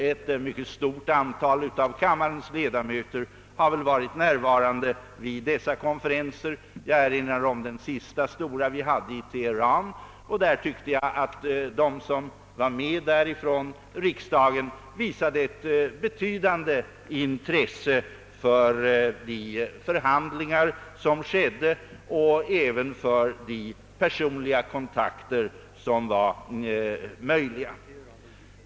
Ett mycket stort antal av kammarens ledamöter har varit närvarande vid dessa konferenser. Jag erinrar om den sista stora konferensen i Teheran. De medlemmar från riksdagen som deltog i den tycktes mig visa ett betydande intresse för de förhandlingar som fördes och även för de personliga kontakter som möjliggjordes.